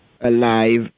alive